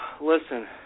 Listen